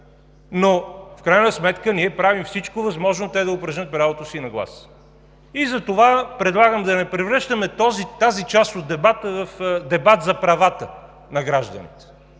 но в крайна сметка правим всичко възможно те да упражнят правото си на глас. Затова предлагам да не превръщаме тази част от дебата – в дебат за правата на гражданите,